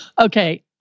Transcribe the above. Okay